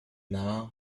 now